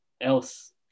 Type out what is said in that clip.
else